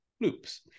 loops